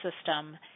system